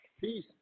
Peace